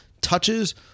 touches